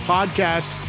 Podcast